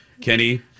Kenny